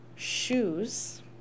Shoes